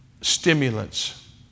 stimulants